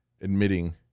admitting